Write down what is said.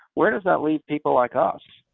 where does that leave people like us?